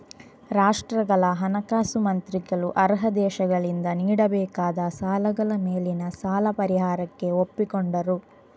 ರಾಷ್ಟ್ರಗಳ ಹಣಕಾಸು ಮಂತ್ರಿಗಳು ಅರ್ಹ ದೇಶಗಳಿಂದ ನೀಡಬೇಕಾದ ಸಾಲಗಳ ಮೇಲಿನ ಸಾಲ ಪರಿಹಾರಕ್ಕೆ ಒಪ್ಪಿಕೊಂಡರು